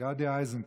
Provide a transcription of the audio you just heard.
גדי איזנקוט.